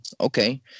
okay